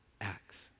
acts